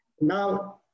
Now